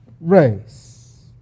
race